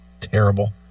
terrible